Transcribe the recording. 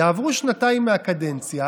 יעברו שנתיים מהקדנציה,